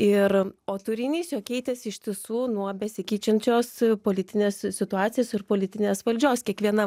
ir o turinys jo keitėsi ištisų nuo besikeičiančios politinės situacijos ir politinės valdžios kiekviena